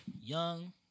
young